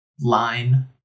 line